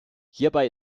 hierbei